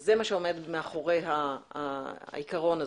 זה מה שעומד מאחורי העיקרון הזה.